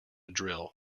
drill